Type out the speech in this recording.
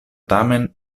tamen